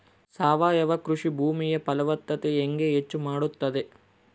ಸಾವಯವ ಕೃಷಿ ಭೂಮಿಯ ಫಲವತ್ತತೆ ಹೆಂಗೆ ಹೆಚ್ಚು ಮಾಡುತ್ತದೆ?